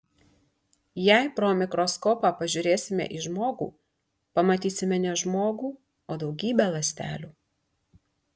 jei pro mikroskopą pažiūrėsime į žmogų pamatysime ne žmogų o daugybę ląstelių